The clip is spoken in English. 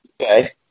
Okay